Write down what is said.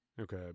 Okay